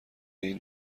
این